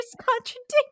contradict